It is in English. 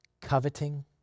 coveting